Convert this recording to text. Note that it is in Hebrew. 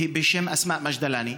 אסמאא מג'דלאני.